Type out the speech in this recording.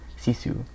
sisu